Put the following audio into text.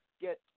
get